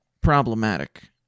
problematic